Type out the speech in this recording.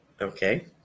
Okay